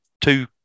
two